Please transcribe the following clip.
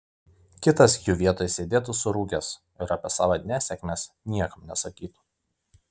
kitas jų vietoj sėdėtų surūgęs ir apie savo nesėkmes niekam nesakytų